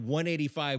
185